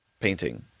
painting